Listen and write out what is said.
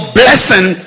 blessing